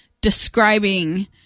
describing